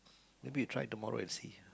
maybe you try tomorrow and see